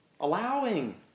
allowing